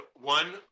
one